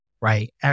right